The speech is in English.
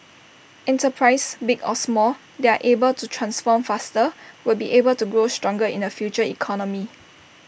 enterprises big or small that are able to transform faster will be able to grow stronger in the future economy